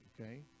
okay